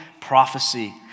prophecy